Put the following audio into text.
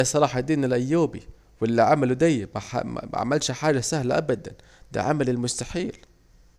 صلاح الدين الايوبي والي عمله ديه معملش حاجة سهلة ابدا ده عمل المستحيل